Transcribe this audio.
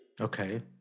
Okay